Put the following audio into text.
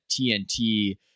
TNT